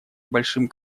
большим